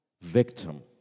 victim